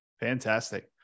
Fantastic